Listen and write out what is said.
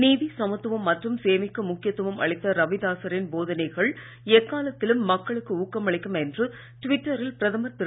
நீதி சமுத்துவம் மற்றும் சேவைக்கு முக்கியத்துவம் அளித்த ரவிதாசரின் போதனைகள் எக்காலத்திலும் மக்களுக்கு ஊக்கமளிக்கும் என்று ட்விட்டரில் பிரதமர் திரு